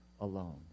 alone